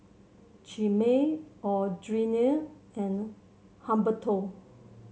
Chimere Audriana and Humberto